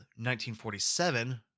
1947